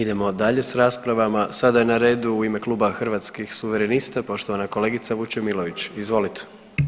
Idemo dalje s raspravama, sada je na redu u ime Kluba Hrvatskih suverenista poštovana kolegica Vučemilović, izvolite.